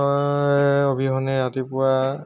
অবিহনে ৰাতিপুৱা